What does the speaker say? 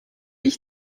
ich